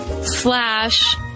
slash